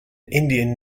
indian